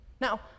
Now